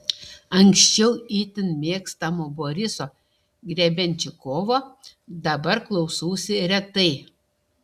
anksčiau itin mėgstamo boriso grebenščikovo dabar klausausi retai